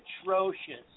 atrocious